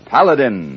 Paladin